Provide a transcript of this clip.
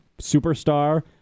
superstar